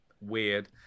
weird